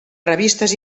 revistes